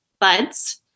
buds